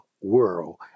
world